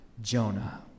Jonah